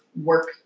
work